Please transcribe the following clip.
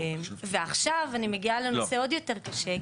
עכשיו אני עוברת לנושא עוד יותר קשה.